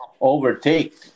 overtake